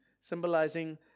symbolizing